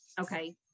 Okay